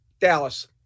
Dallas